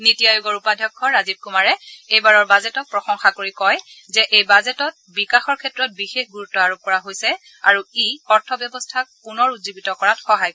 নীতি আয়োগৰ উপাধ্যক্ষ ৰাজীৱ কুমাৰে এইবাৰৰ বাজেটক প্ৰশংসা কৰি কয় যে এই বাজেটত বিকাশৰ ক্ষেত্ৰত বিশেষ গুৰুত্ব আৰোপ কৰা হৈছে আৰু ই অৰ্থব্যৱস্থাক পুনৰুজ্জীৱিত কৰাত সহায় কৰিব